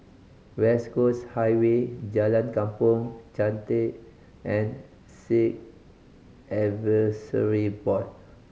West Coast Highway Jalan Kampong Chantek and Sikh Advisory Board